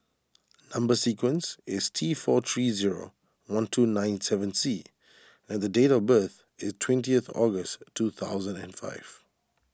Number Sequence is T four three zero one two nine seven C and date of birth is twentieth August two thousand and five